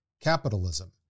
capitalism